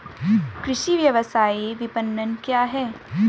कृषि व्यवसाय विपणन क्या है?